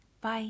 Bye